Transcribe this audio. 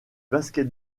basket